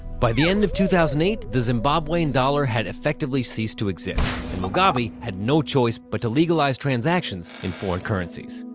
by the end of two thousand and eight, the zimbabwean dollar had effectively ceased to exist, and mugabe had no choice but to legalize transactions in foreign currencies.